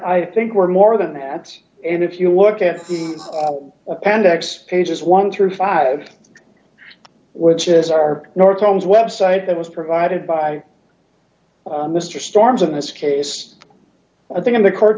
i think we're more than that and if you look at the appendix pages one through five which is our north comes web site that was provided by mr storms in this case i think in the court